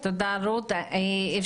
אם אתה שואל לגבי התוכנית האופרטיבית,